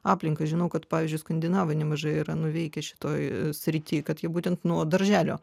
aplinka žinau kad pavyzdžiui skandinavai nemažai yra nuveikę šitoj srity kad jie būtent nuo darželio